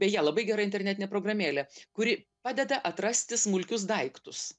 beje labai gera internetinė programėlė kuri padeda atrasti smulkius daiktus